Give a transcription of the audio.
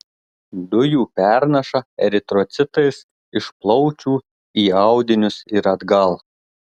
dujų pernaša eritrocitais iš plaučių į audinius ir atgal